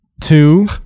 two